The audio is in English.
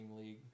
league